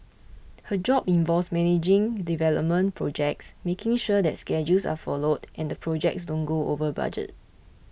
her job involves managing development projects making sure that schedules are followed and the projects don't go over budget